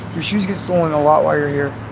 your shoes get stolen lot while you're here.